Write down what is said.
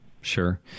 Sure